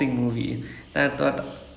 son of மகாலட்சுமி:mahaletchumi